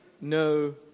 no